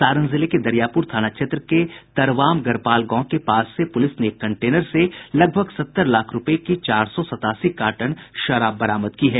सारण जिले के दरियापुर थाना क्षेत्र के तरवाम गरपाल गांव के पास से पूलिस ने एक कंटेनर से लगभग सत्तर लाख रुपये मूल्य की चार सौ सत्तासी कार्टन शराब बरामद की है